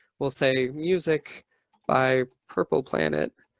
we'll say music by purple planet.